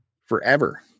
forever